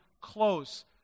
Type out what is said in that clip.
close